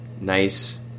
Nice